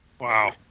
Wow